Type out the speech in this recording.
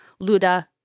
Luda